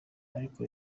ariko